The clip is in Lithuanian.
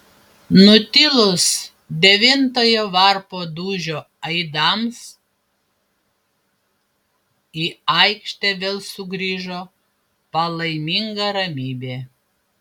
nutilus devintojo varpo dūžio aidams į aikštę vėl sugrįžo palaiminga ramybė